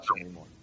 anymore